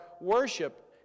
worship